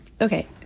okay